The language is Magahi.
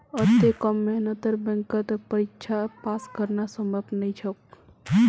अत्ते कम मेहनतत बैंकेर परीक्षा पास करना संभव नई छोक